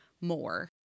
more